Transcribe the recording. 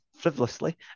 frivolously